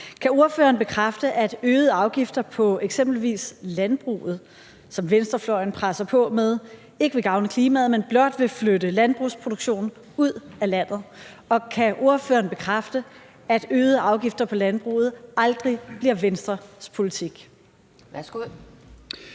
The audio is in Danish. Kan ordføreren bekræfte, at øgede afgifter på eksempelvis landbruget, som venstrefløjen presser på med, ikke vil gavne klimaet, men blot vil flytte landbrugsproduktionen ud af landet? Og kan ordføreren bekræfte, at øgede afgifter på landbruget aldrig bliver Venstres politik?